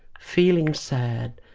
feeling sad,